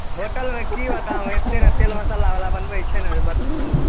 होटलमे कि बताउ एतेक ने तेल मसल्लावला बनबै छै ने जे बतबू नहि